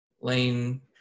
Lane